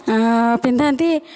ପିନ୍ଧାନ୍ତି